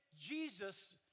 Jesus